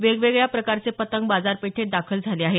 वेगवेगळ्या प्रकारचे पतंग बाजारपेठेत दाखल झाले आहेत